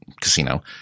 casino